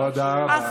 תודה רבה.